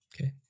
Okay